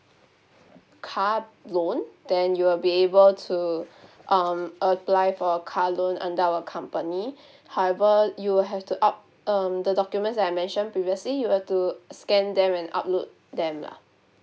car loan then you will be able to um apply for a car loan under our company however you will have to up um the documents that I mentioned previously you have to scan them and upload them lah